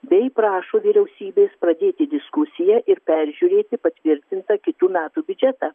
bei prašo vyriausybės pradėti diskusiją ir peržiūrėti patvirtintą kitų metų biudžetą